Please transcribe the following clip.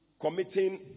committing